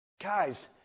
Guys